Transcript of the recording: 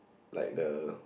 like the